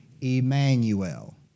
Emmanuel